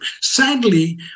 Sadly